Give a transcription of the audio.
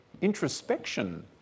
Introspection